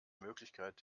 möglichkeit